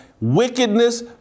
wickedness